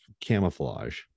camouflage